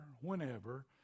whenever